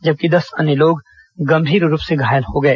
जबकि दस अन्य लोग गंभीर रुप से घायल हो गए